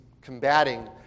combating